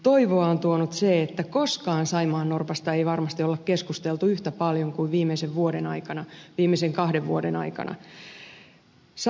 toivoa on tuonut se että koskaan saimaannorpasta ei varmasti olla keskusteltu yhtä paljon kuin viimeisen vuoden aikana viimeisen kahden vuoden aikana